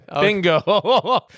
Bingo